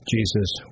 Jesus